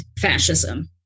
fascism